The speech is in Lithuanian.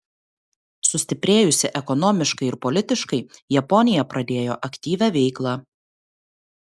sustiprėjusi ekonomiškai ir politiškai japonija pradėjo aktyvią veiklą